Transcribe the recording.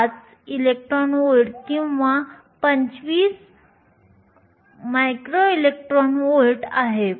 025 ev किंवा 25 mev आहे